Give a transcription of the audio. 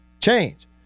Change